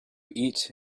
eat